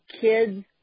kids